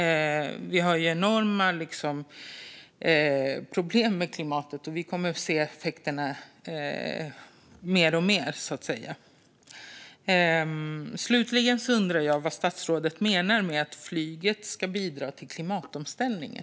Vi har enorma problem med klimatet, och vi kommer att se effekterna mer och mer. Slutligen undrar jag vad statsrådet menar med att flyget ska bidra till klimatomställningen.